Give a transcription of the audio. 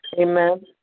Amen